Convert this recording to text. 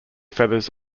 feathers